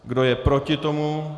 Kdo je proti tomu?